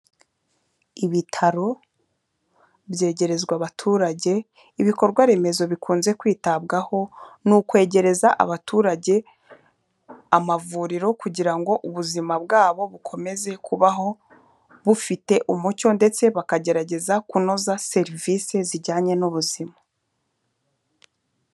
Ibitaro byegerezwa abaturage. Ibikorwa remezo bikunze kwitabwaho ni ukwegereza abaturage amavuriro, kugira ngo ubuzima bwabo bukomeze kubaho bufite umucyo, ndetse bakagerageza kunoza serivisi zijyanye n'ubuzima.